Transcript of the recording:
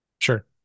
Sure